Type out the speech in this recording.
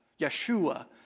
Yeshua